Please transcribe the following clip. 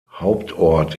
hauptort